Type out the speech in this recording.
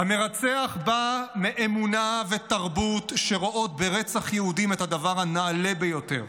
המרצח בא מאמונה ותרבות שרואות ברצח יהודים את הדבר הנעלה ביותר.